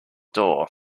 door